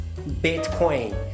Bitcoin